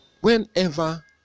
whenever